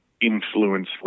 influence